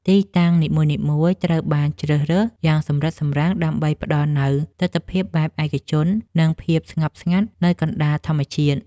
ទីតាំងនីមួយៗត្រូវបានជ្រើសរើសយ៉ាងសម្រិតសម្រាំង ដើម្បីផ្ដល់នូវទិដ្ឋភាពបែបឯកជន និងភាពស្ងប់ស្ងាត់នៅកណ្ដាលធម្មជាតិ។